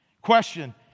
Question